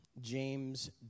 James